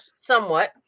somewhat